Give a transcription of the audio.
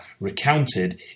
recounted